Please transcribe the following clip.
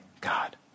God